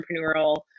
entrepreneurial